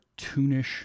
cartoonish